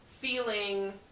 feeling